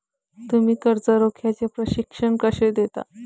तुम्ही कर्ज रोख्याचे प्रशिक्षण कसे देता?